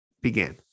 began